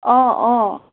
অঁ অঁ